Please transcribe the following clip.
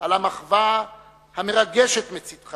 על המחווה המרגשת מצדך